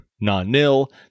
non-nil